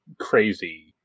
crazy